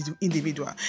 individual